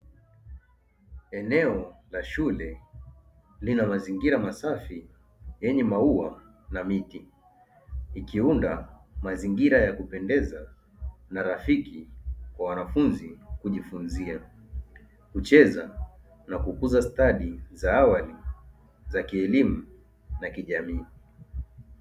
Eneo la shule lina mazingira masafi yenye maua na miti, ikiunda mazingira ya kupendeza na rafiki kwa wanafunzi kujifunzia, kucheza na kukuza stadi za awali za kielimu na kijamii.